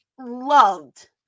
loved